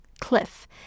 cliff